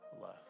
love